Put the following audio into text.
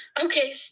Okay